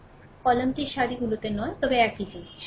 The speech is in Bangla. সময় উল্লেখ করুন 1822 কলামটির সারিগুলিতে নয় তবে একই জিনিস